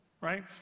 right